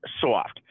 soft